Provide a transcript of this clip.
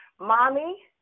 mommy